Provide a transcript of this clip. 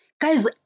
Guys